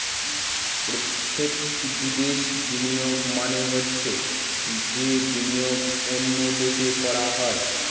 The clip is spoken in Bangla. প্রত্যক্ষ বিদেশে বিনিয়োগ মানে হচ্ছে যে বিনিয়োগ অন্য দেশে করা হয়